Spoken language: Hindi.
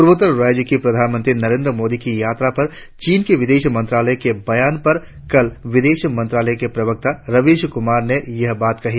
पूर्वोत्तर राज्यो की प्रधानमंत्री नरेंद्र मोदी की यात्रा पर चीन के विदेश मंत्रालय के बयान पर कल विदेश मंत्रालय के प्रवक्ता रवीश कुमार ने यह बात कही